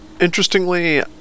interestingly